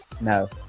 No